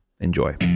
enjoy